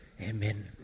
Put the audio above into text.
Amen